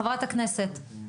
חברת הכנסת.